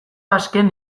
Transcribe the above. azken